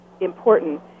important